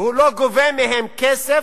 והוא לא גובה מהם כסף,